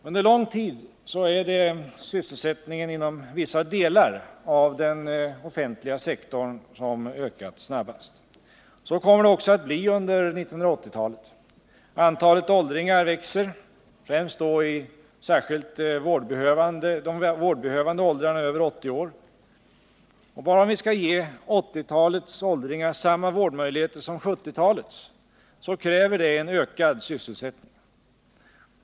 Under lång tid är det sysselsättningen inom vissa delar av den offentliga sektorn som ökat snabbast. Så kommer det också att bli under 1980-talet. Antalet åldringar växer, främst då i de särskilt vårdbehövande åldrarna över 80 år. Bara om vi skall ge 1980-talets åldringar samma vårdmöjligheter som 1970-talets, kräver det en ökad sysselsättning.